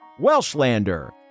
Welshlander